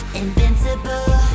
invincible